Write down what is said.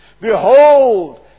Behold